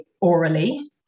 orally